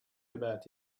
about